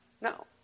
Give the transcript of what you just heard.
no